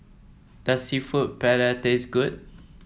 does seafood Paella taste good